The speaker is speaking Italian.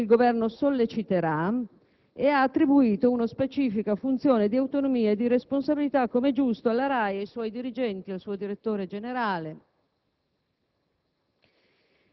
di ciò che il Governo solleciterà, e ha attribuito una specifica funzione di autonomia e di responsabilità, come è giusto, alla RAI, ai suoi dirigenti e al suo direttore generale.